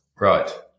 Right